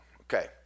okay